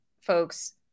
folks